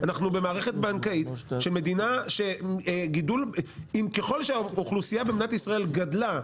אנחנו במערכת בנקאית שככל שהאוכלוסייה במדינת ישראל גדלה,